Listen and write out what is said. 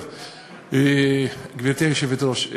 גברתי היושבת-ראש,